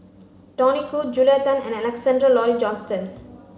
Tony Khoo Julia Tan and Alexander Laurie Johnston